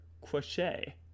crochet